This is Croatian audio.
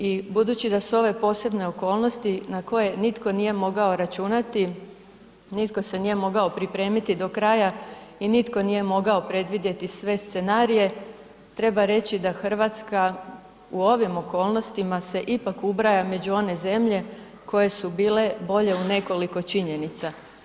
I budući da su ove posebne okolnosti na koje nitko nije mogao računati, nitko se nije mogao pripremiti do kraja i nitko nije mogao predvidjeti sve scenarije, treba reći da Hrvatska u ovim okolnostima se ipak ubraja među one zemlje koje su bile bolje u nekoliko činjenica.